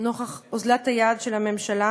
נוכח אוזלת היד של הממשלה.